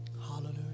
Hallelujah